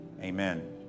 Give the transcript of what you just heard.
Amen